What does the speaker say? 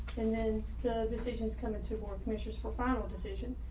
and then the decisions come into more commissioners for final decision.